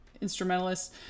instrumentalists